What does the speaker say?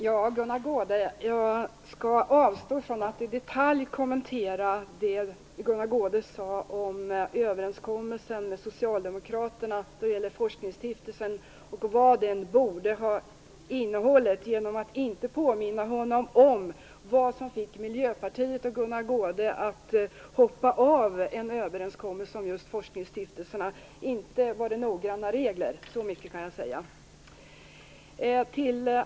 Herr talman! Jag skall avstå från att i detalj kommentera det Gunnar Goude sade om överenskommelsen med socialdemokraterna om forskningsstiftelsen och om vad den borde ha innehållit. Jag skall inte påminna honom om vad som fick Miljöpartiet och Gunnar Goude att hoppa av en överenskommelse om just forskningsstiftelserna. Inte var det noggranna regler - så mycket kan jag säga.